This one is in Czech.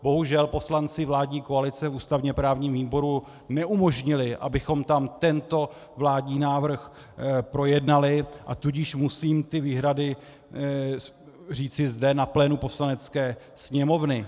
Bohužel poslanci vládní koalice ústavněprávnímu výboru neumožnili, abychom tam tento vládní návrh projednali, a tudíž musím ty výhrady říci zde na plénu Poslanecké sněmovny.